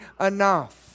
enough